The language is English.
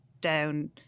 down